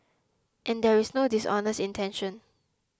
and there is no dishonest intention